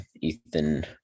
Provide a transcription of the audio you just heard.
Ethan